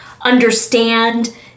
understand